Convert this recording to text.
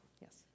yes